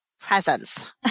presence